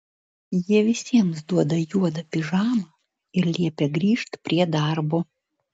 jie visiems duoda juodą pižamą ir liepia grįžt prie darbo